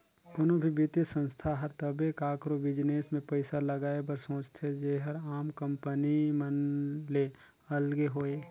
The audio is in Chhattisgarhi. कोनो भी बित्तीय संस्था हर तबे काकरो बिजनेस में पइसा लगाए बर सोंचथे जेहर आम कंपनी मन ले अलगे होए